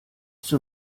zur